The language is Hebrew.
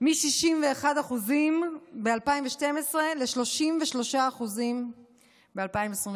מ-61% ב-2012 ל-33% ב-2022.